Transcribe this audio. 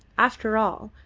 after all,